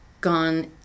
gone